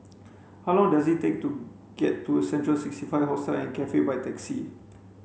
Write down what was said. how long does it take to get to Central sixty five Hostel Cafe by taxi